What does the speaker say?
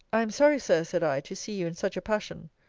i am sorry, sir, said i, to see you in such a passion.